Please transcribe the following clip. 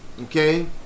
Okay